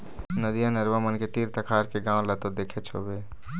नदिया, नरूवा मन के तीर तखार के गाँव ल तो देखेच होबे